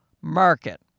market